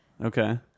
Okay